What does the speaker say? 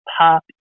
pop